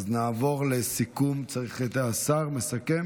נעבור לסיכום, צריך את השר לסכם.